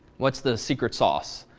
what's the secret sauce